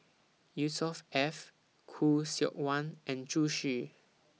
Yusnor Ef Khoo Seok Wan and Zhu Xu